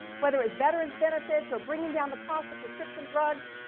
whether it's veterans benefits or bringing down the cost of prescription drugs,